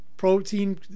protein